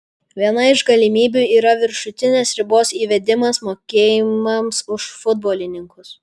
viena iš galimybių yra viršutinės ribos įvedimas mokėjimams už futbolininkus